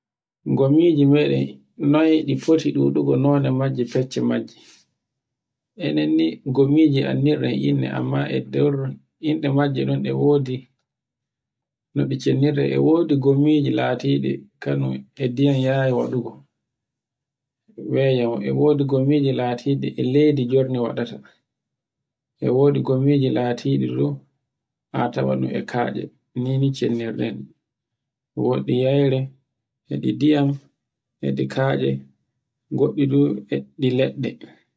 Gommiji meɗen, noy ɗi foti ɗuɗugo londe majji facce majji. Enen ni gommiji men anndirɗen innde amma e nder inde majji non ɗe wodi no ɗi cinnirde. E wodi gommiji latiɗi kanun e diyan yayu wadugo weyam. E wodi gommiji latidi e leydi jordi waɗata. E wodi gommiji latiɗi e atawan no takatca nini cendirɗen. woɗɗi yayre, e ɗi ndiyam, e ɗi katce, goɗɗi du e ɗi leɗɗe